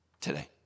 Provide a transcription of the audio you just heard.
today